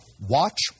Watch